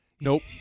Nope